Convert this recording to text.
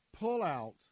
pullout